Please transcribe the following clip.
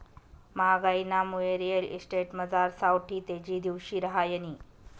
म्हागाईनामुये रिअल इस्टेटमझार सावठी तेजी दिवशी रहायनी